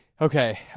Okay